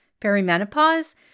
perimenopause